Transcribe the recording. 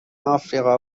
آفریقا